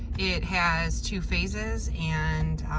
it has two phases and